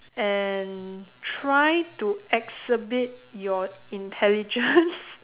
and try to exhibit your intelligence